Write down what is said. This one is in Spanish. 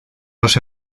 los